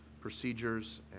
procedures